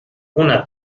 una